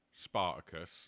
Spartacus